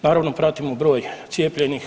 Naravno pratimo broj cijepljenih.